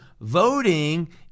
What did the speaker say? voting